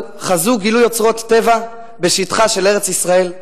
חזו גילוי אוצרות טבע בשטחה של ארץ-ישראל,